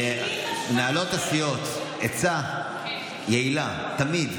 מנהלות הסיעות, עצה יעילה תמיד: